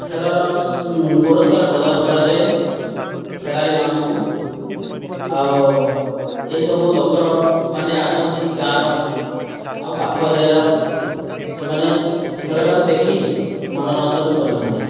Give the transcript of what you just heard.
ଖେଳର ପୁରସ୍କାର ପ୍ରଦାନ କରଯାଏ ଖେଳାଳି ମାନଙ୍କୁ ଆଉ ଏହିସବୁ ଲୋକର ମାନେ ଆସନ୍ତି ଗାଁର ଆମ ପାଖ ଏରିୟାର ସେମାନେ ଖେଳଟାକୁ ଦେଖି ମନୋରଞ୍ଜନ କରିଥାନ୍ତି